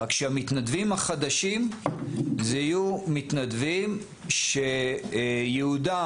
רק שהמתנדבים החדשים יהיו מתנדבים שייעודם